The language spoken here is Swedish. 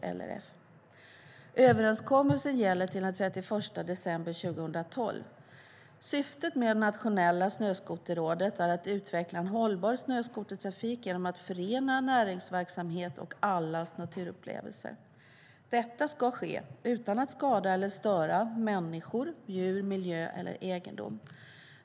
Överenskommelsen gäller till den 31 december 2012. Syftet med Nationella Snöskoterrådet är att utveckla en hållbar snöskotertrafik genom att förena näringsverksamhet och allas naturupplevelser. Detta ska ske utan att skada eller störa människor, djur, miljö eller egendom.